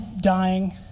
dying